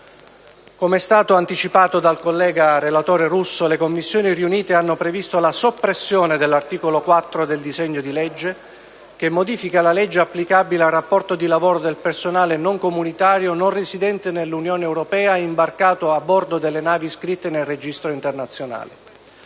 Come è stato anticipato dal collega relatore Russo, le Commissioni riunite hanno previsto la soppressione dell'articolo 4 del disegno di legge, che modifica la legge applicabile al rapporto di lavoro del personale non comunitario non residente nell'Unione europea imbarcato a bordo delle navi iscritte nel Registro internazionale.